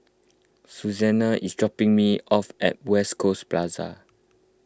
Susanne is dropping me off at West Coast Plaza